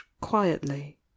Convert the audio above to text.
quietly